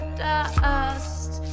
dust